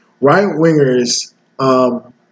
Right-wingers